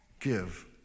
Give